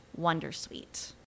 wondersuite